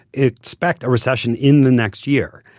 expect a recession in the next year.